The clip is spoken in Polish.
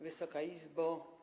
Wysoka Izbo!